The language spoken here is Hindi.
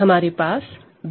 हमारे पास दो फील्ड K और L है